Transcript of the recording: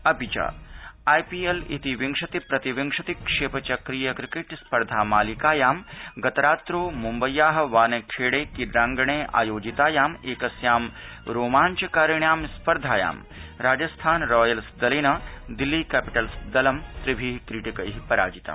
अपि च Indian Premier League विंशति प्रति विंशति क्षेप चक्रीय क्रिकेट् स्पर्धा मालिकायां गतरात्रौ मुम्बय्याः वानखेड़े क्रीडांगणे आयोजितायाम एकस्यां रोमाव्चकारिण्यां स्पर्धायां राजस्थान रॉयल्स दलेन दिल्ली कपिटल्स दलं त्रिभिः क्रीडक िराजितम